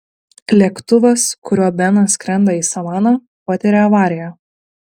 lėktuvas kuriuo benas skrenda į savaną patiria avariją